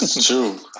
true